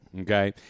Okay